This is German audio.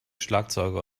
schlagzeuger